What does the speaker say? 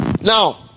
Now